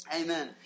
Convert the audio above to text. Amen